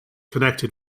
connected